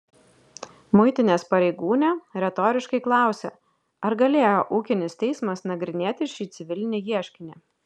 muitinės pareigūnė retoriškai klausia ar galėjo ūkinis teismas nagrinėti šį civilinį ieškinį